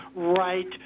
right